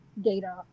data